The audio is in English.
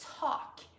talk